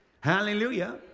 Hallelujah